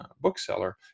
bookseller